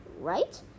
right